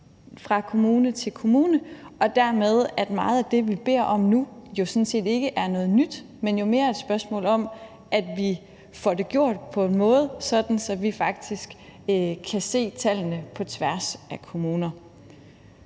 fra kommune til kommune. Dermed er meget af det, vi beder om nu, sådan set ikke noget nyt, men mere et spørgsmål om, at vi får det gjort på en måde, så vi faktisk kan se tallene på tværs af kommunerne.